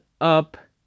up